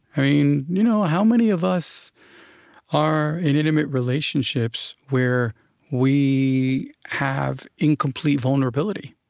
i mean you know how many of us are in intimate relationships where we have incomplete vulnerability?